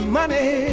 money